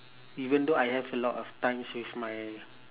even though I have a lot of times with my